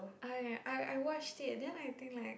I I I watched it then I think like